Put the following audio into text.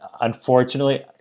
Unfortunately